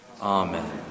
Amen